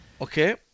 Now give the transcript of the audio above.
Okay